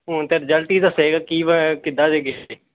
ਹੁਣ ਤਾਂ ਰਿਜ਼ਲਟ ਹੀ ਦੱਸੇਗਾ ਕੀ ਵਾ ਕਿੱਦਾਂ ਦੇ ਗਏ